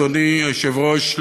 אדוני היושב-ראש,